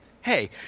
Hey